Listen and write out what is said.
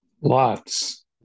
Lots